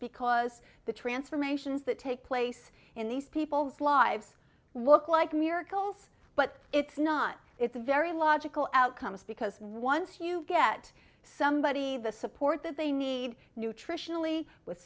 because the transformations that take place in these people's lives look like miracles but it's not it's a very logical outcomes because once you get somebody the support that they need nutritionally with